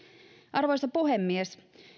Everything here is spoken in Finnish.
arvoisa puhemies